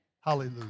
Hallelujah